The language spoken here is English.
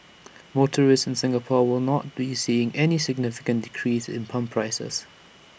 motorists in Singapore will not be seeing any significant decrease in pump prices